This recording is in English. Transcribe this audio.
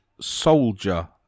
soldier